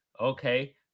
Okay